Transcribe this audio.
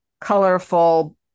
colorful